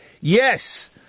Yes